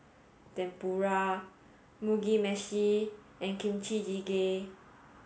Tempura Mugi meshi and Kimchi jjigae